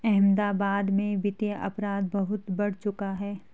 अहमदाबाद में वित्तीय अपराध बहुत बढ़ चुका है